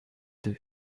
deux